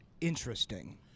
interesting